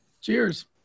cheers